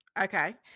Okay